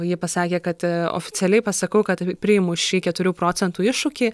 ji pasakė kad oficialiai pasakau kad priimu šį keturių procentų iššūkį